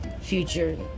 Future